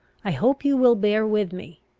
i hope you will bear with me.